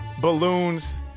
balloons